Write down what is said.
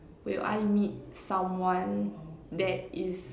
will I meet someone that is